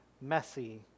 messy